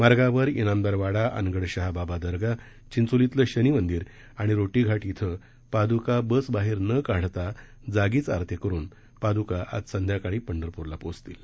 मार्गावर ज्ञामदार वाडा अनगडशहा बाबा दर्गा चिंचोलीतलं शनी मंदिर आणि रोटी घाट श्रि पादुका बस बाहर जे काढता जागीच आरत्या करून पादुका आज संध्याकाळी पंढरपूरला पोचतील